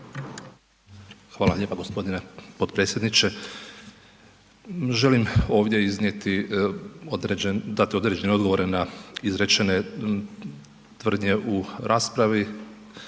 Hvala lijepo gospodine potpredsjedniče. Želim ovdje dati određene odgovore na izrečene tvrdnje u raspravi